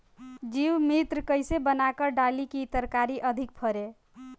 जीवमृत कईसे बनाकर डाली की तरकरी अधिक फरे?